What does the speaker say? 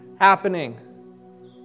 happening